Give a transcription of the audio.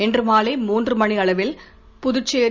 இன்று மாலை மூன்று மணியளவில் புதுச்சேரி